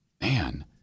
Man